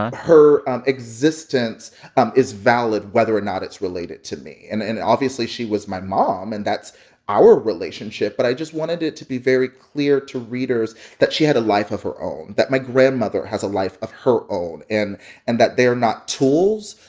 her existence um is valid whether or not it's related to me. and and obviously, she was my mom, and that's our relationship, but i just wanted it to be very clear to readers that she had a life of her own, that my grandmother has a life of her own. and and that they are not tools.